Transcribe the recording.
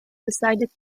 decided